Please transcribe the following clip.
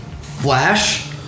flash